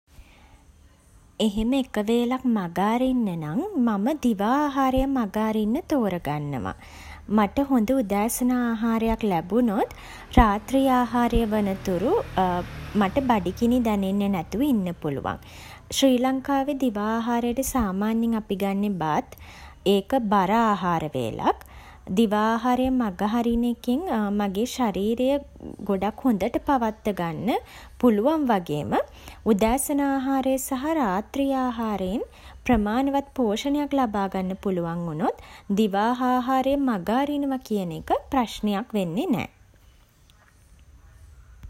එහෙම එක වේලක් මඟ අරින්න නම්, මම දිවා ආහාරය මඟ අරින්න තෝරා ගන්නවා. මට හොඳ උදෑසන ආහාරයක් ලැබුනොත්, රාත්‍රී ආහාරය වන තුරු මට බඩගිනි දැනෙන්නේ නැතුව ඉන්න පුළුවන්. ශ්‍රී ලංකාවේ දිවා ආහාරයට සාමාන්‍යයෙන් අපි ගන්නේ බත්. ඒක බර ආහාර වේලක්. දිවා ආහාරය මඟ හරින එකෙන් මගේ ශරීරය ගොඩක් හොඳට පවත්ව ගන්න පුළුවන් වගේම, උදෑසන ආහාරය සහ රාත්‍රී ආහාරයෙන් ප්‍රමාණවත් පෝෂණයක් ලබාගන්න පුළුවන් වුණොත් දිවා ආහාරය මඟ අරිනවා කියන එක ප්‍රශ්නයක් වෙන්නේ නෑ.